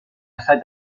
assai